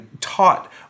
taught